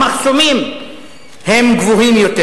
המחסומים הם גבוהים יותר.